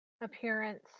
appearance